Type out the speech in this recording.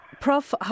Prof